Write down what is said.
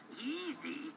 Easy